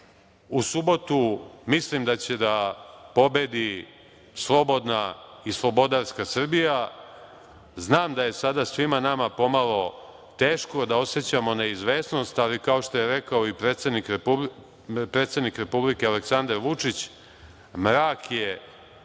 U subotu mislim da će pobedi slobodna i slobodarska Srbija. Znam da je sada svima nama pomalo teško da osećamo neizvesnost, ali kao što je rekao i predsednik Republike Aleksadar Vučić mrak je